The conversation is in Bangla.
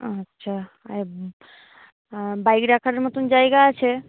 আচ্ছা আর বাইক রাখার মতন জায়গা আছে